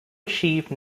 achieve